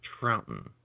Troughton